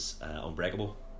Unbreakable